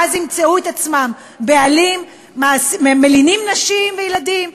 ואז ימצאו את עצמם בעלים מלינים נשים וילדים,